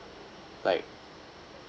like